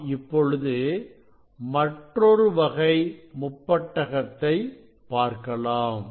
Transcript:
நாம் இப்பொழுது மற்றொரு வகை முப்பட்டகத்தை பார்க்கலாம்